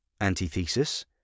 Antithesis